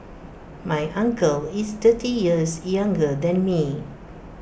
my uncle is thirty years younger than me